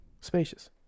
spacious